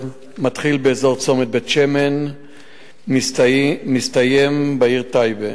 שמתחיל באזור צומת בן-שמן ומסתיים בעיר טייבה.